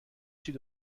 چیز